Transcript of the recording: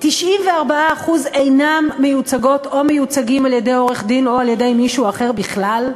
94% אינן מיוצגות או מיוצגים על-ידי עורך-דין או על-ידי מישהו אחר בכלל?